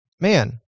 man